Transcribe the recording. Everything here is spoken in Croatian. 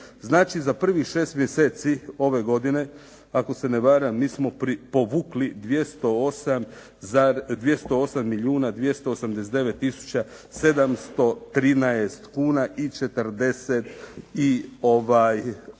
Znači, za prvih 6 mjeseci ove godine, ako se ne varam mi smo povukli 208 milijuna 289 tisuća 713 kuna i 48 lipa.